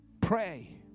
Pray